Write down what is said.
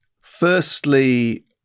Firstly